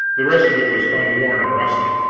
the rest of it was unworn and rusty.